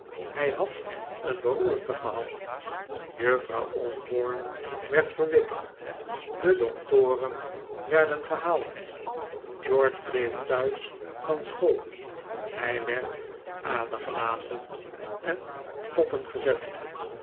hij had een beroerte gehad juffrouw osborne werd verwittigd de doktoren werden gehaald george bleef thuis van school hij werd adergelaten en koppen gezet